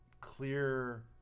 clear